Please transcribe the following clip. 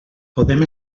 podem